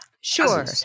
Sure